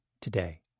today